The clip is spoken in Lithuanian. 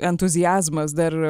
entuziazmas dar